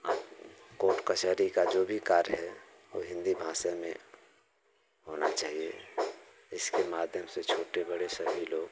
हम कोर्ट कचहरी का जो भी कार्य है वो हिन्दी भाषा में होना चाहिए इसके माध्यम से छोटे बड़े सभी लोग